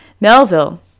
Melville